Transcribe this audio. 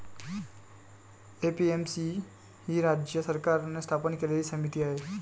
APMC ही राज्य सरकारने स्थापन केलेली समिती आहे